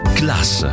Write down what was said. class